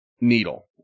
needle